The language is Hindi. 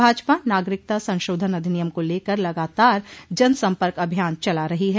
भाजपा नागरिकता संशोधन अधिनियम को लेकर लगातार जन सम्पर्क अभियान चला रही है